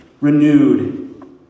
renewed